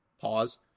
Pause